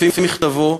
לפי מכתבו,